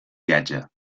viatge